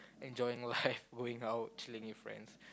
enjoying life going out chilling with your friends